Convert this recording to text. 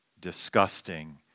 disgusting